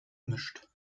mischt